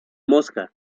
mosca